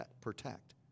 protect